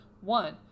One